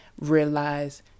realize